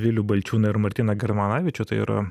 vilių balčiūną ir martyną germanavičių tai yra